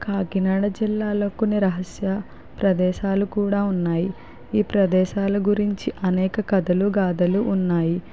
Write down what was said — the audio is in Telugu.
కాకినాడ జిల్లాలో కొన్ని రహస్య ప్రదేశాలు కూడా ఉన్నాయి ఈ ప్రదేశాల గురించి అనేక కథలు గాధలు ఉన్నాయి